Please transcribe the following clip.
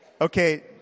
okay